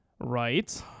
Right